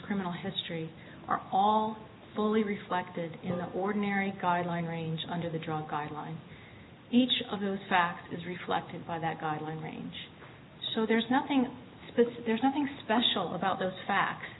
criminal history are all fully reflected in the ordinary guideline range under the drug guidelines each of those facts is reflected by that guideline range so there's nothing specific nothing special about those facts